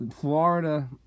Florida